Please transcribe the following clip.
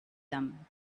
them